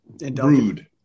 rude